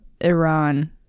Iran